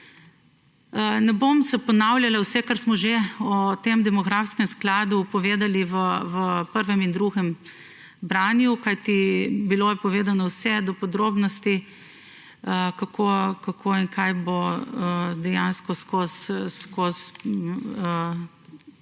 Ne bom se ponavljala. Vse, kar smo že o tem demografskem skladu povedali v prvem in drugem banju, kajti bilo je povedano vse do podrobnosti, kako in kaj bo dejansko skozi